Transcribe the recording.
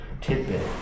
tidbit